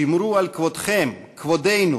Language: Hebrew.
שמרו על כבודכם, כבודנו,